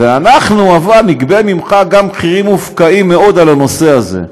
אבל אנחנו נגבה ממך גם מחירים מופקעים מאוד על הנושא הזה.